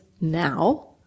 now